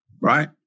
Right